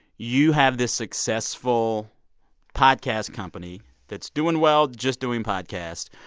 you have this successful podcast company that's doing well just doing podcasts.